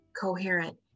coherent